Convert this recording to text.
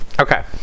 Okay